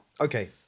Okay